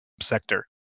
sector